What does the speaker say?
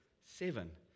seven